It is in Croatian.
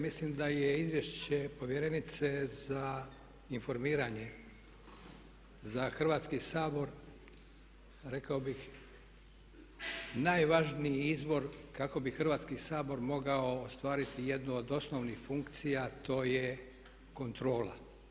Mislim da je Izvješće povjerenice za informiranje za Hrvatski sabor rekao bih najvažniji izvor kako bi Hrvatski sabor mogao ostvariti jednu od osnovnih funkcija a to je kontrola.